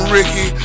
Ricky